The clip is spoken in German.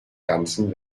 ganzen